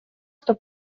что